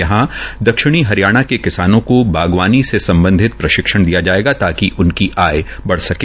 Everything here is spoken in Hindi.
यहां दक्षिणी हरियाणा के किसानों को बागवानी से सम्बधित प्रशिक्षण दिया जायेगा ताकि उनकी आय बढ़ सके